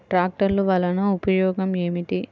ట్రాక్టర్లు వల్లన ఉపయోగం ఏమిటీ?